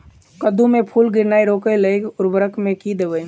कद्दू मे फूल गिरनाय रोकय लागि उर्वरक मे की देबै?